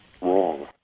wrong